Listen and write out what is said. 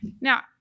now